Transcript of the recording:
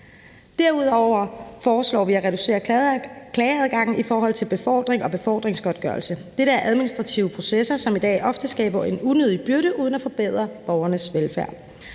Derudover foreslår vi at reducere klageadgangen i forhold til befordring og befordringsgodtgørelse. Dette er administrative processer, som i dag ofte skaber en unødig byrde uden at forbedre borgernes velfærd.